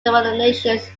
denominations